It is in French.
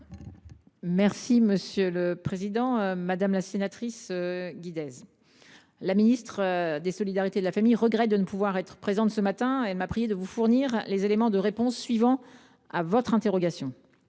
professions de santé. Madame la sénatrice Guidez, la ministre des solidarités et de la famille regrette de ne pouvoir être présente ce matin. Elle m’a priée de vous fournir les éléments de réponse suivants. Mieux